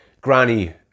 granny